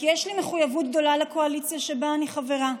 כי יש לי מחויבות גדולה לקואליציה שבה אני חברה.